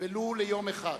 ולו ליום אחד.